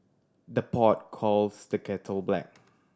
the pot calls the kettle black